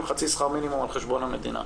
חצי שכר מינימום על חשבון שכר המדינה.